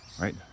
right